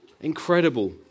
Incredible